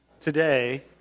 today